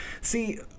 See